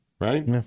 Right